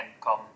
come